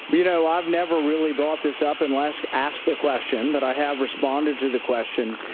you know, i've never really brought this up unless asked the question, but i have responded to the question.